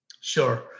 Sure